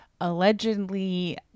allegedly